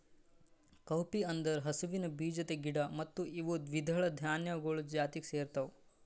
cowpea ಅಂದುರ್ ಹಸುವಿನ ಬೀಜದ ಗಿಡ ಮತ್ತ ಇವು ದ್ವಿದಳ ಧಾನ್ಯಗೊಳ್ ಜಾತಿಗ್ ಸೇರ್ತಾವ